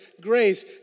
grace